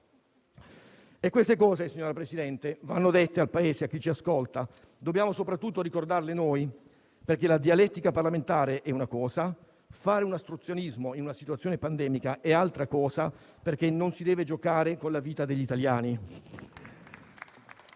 Queste cose, signor Presidente, vanno dette al Paese e a chi ci ascolta e dobbiamo soprattutto ricordarle noi, perché la dialettica parlamentare è una cosa, fare ostruzionismo in una situazione pandemica è altra cosa, perché non si deve giocare con la vita degli italiani.